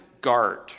Guard